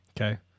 okay